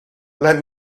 let